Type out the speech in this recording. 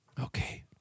Okay